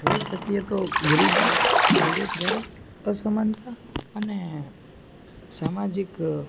જોઈ શકીએ તો ગરીબી બેરોજગારી અસમાનતા અને સામાજિક